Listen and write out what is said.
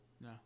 No